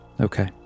Okay